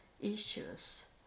issues